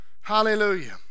Hallelujah